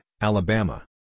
Alabama